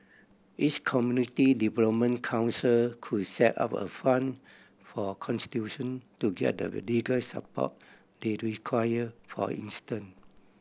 each community development council could set up a fund for constitution to get the legal support they require for instance